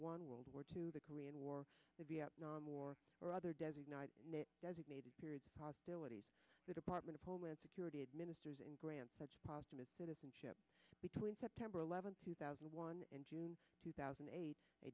one world war two the korean war the vietnam war or other designated designated period possibility the department of homeland security administers in grants such positive citizenship between september eleventh two thousand and one in june two thousand and eight